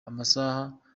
amasaka